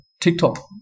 TikTok